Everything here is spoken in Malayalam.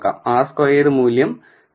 R സ്ക്വയേർഡ് മൂല്യം 0